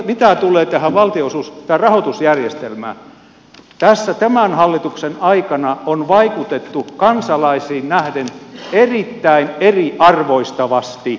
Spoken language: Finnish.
mitä tulee tähän rahoitusjärjestelmään tässä tämän hallituksen aikana on vaikutettu kansalaisiin nähden erittäin eriarvoistavasti